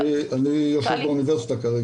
אני יושב באוניברסיטה כרגע.